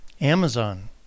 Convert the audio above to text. Amazon